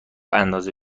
اندازه